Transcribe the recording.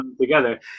together